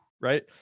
right